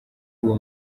uwo